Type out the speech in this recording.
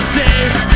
safe